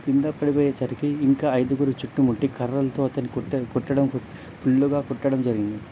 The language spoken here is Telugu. కింద పడిపోయే సరికి ఇంకా ఐదుగురు చుట్టుముట్టి కర్రలతో అతన్ని కొట్టారు కొట్టడం ఫుల్లుగా కొట్టడం జరిగింది